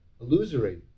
illusory